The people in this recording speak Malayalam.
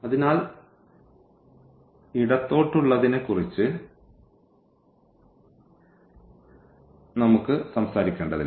അതിനാൽ ഇടത്തോട്ടുള്ളതിനെക്കുറിച്ച് നമുക്ക് സംസാരിക്കേണ്ടതില്ല